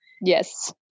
Yes